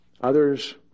Others